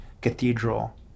cathedral